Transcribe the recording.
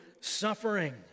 suffering